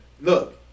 Look